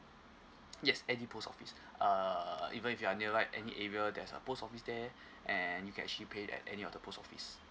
yes any post office uh even if you are nearby like any area there's a post office there and you can actually pay at any of the post office